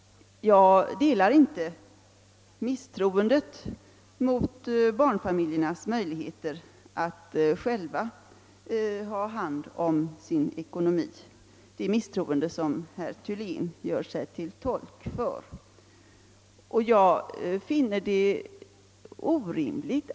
Jag delar inte det misstroendet mot barnfamiljernas möjligheter att själva ha hand om sin ekonomi som herr Thylén tycks hysa.